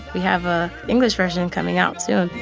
we have a english version coming out soon